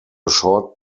short